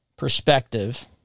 perspective